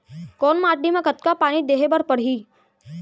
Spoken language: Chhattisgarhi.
कोन माटी म कतका पानी देहे बर परहि?